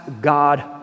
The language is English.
god